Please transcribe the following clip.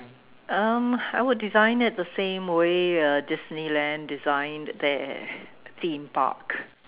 um I would design it the same way uh Disneyland designed their theme park